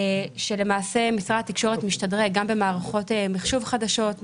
למעשה משרד התקשורת משתדרג גם במערכות מחשוב חדשות,